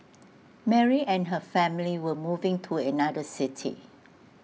Mary and her family were moving to another city